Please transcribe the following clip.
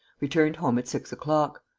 returned home at six o'clock.